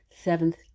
seventh